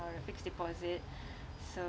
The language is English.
or a fixed deposit so